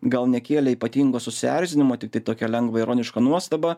gal nekėlė ypatingo susierzinimo tiktai tokią lengvą ironišką nuostabą